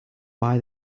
buy